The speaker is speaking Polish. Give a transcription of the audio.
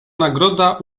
nagroda